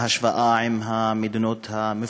עשו לי כאן איזה, אני אעבור לכם ממש על הימים